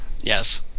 Yes